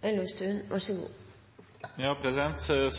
Som